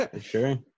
Sure